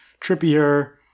Trippier